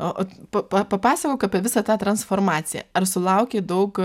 o pa papasakok apie visą tą transformaciją ar sulaukei daug